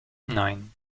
nein